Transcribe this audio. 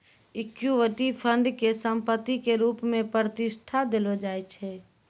equity fund के संपत्ति के रुप मे प्रतिष्ठा देलो जाय छै